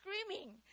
screaming